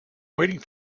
waiting